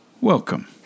Welcome